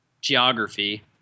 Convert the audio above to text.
geography